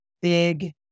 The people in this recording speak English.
big